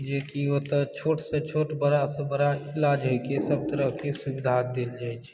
जेकि ओतय छोटसँ छोट बड़ासँ बड़ा इलाज होयके सब तरहकेँ सुविधा देल जाइत छै